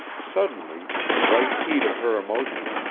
suddenly, in the white heat of her emotion,